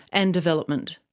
and development.